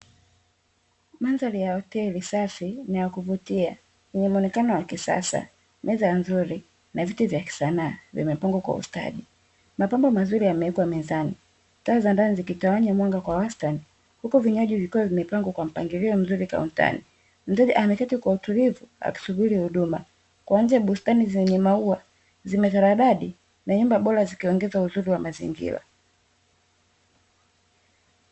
Mandhari ya hoteli safi na ya kuvutia, yenye muonekano wa kisasa, meza nzuri na viti vya kisanaa, vimepangwa kwa ustadi. Mapambo mazuri yamewekwa mezani, taa za ndani zikitawanya mwanga kwa wastani huku vinywaji vikiwa vimepangwa kwa mpangilio mzuri kauntani. Mteja ameketi kwa utulivu akisubiri huduma. Kwa nje bustani zenye maua, zimetaradadi na nyumba bora zikiongeza uzuri wa mazingira.